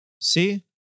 See